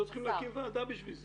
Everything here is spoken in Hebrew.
לא צריך להקים ועדה לשם זה.